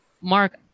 Mark